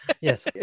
yes